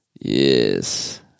yes